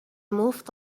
moved